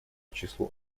числу